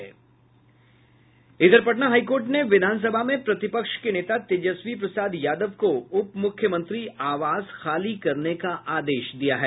Patna high court ने विधान सभा में प्रतिपक्ष के नेता तेजस्वी प्रसाद यादव को उप मुख्यमंत्री आवास खाली करने का आदेश दिया है